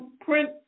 print